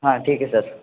हां ठीक आहे सर